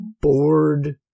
bored